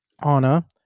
Anna